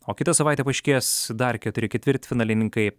o kitą savaitę paaiškės dar keturi ketvirtfinalininkai